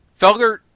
Felger